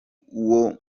uwo